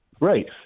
Right